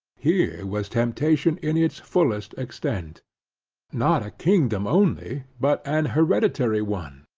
here was temptation in its fullest extent not a kingdom only, but an hereditary one,